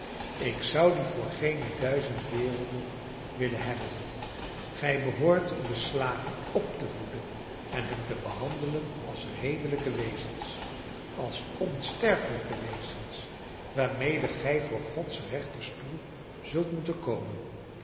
ik zou die voor geene duizend werelden willen hebben gij behoort uwe slaven op te voeden en hen te behandelen als redelijke wezens als onsterfelijke wezens waarmede gij voor gods rechterstoel zult moeten komen